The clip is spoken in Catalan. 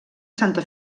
santa